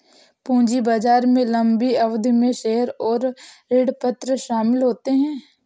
पूंजी बाजार में लम्बी अवधि में शेयर और ऋणपत्र शामिल होते है